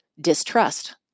distrust